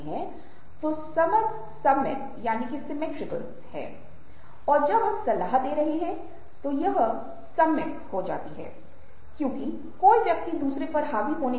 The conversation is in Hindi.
अब ये तकनीकें ऐसी तकनीकें हैं जिन्हें मस्तिष्क के अध्ययन के माध्यम से उत्पन्न करने में सक्षम होने के साथ साथ एफएमआरआई अध्ययन के साथ साथ मस्तिष्क केंद्र के ईजी अध्ययन सक्रियण के माध्यम से भी पहचान की जा रही है जो अत्यधिक खुशी और शांति से जुड़ी हैं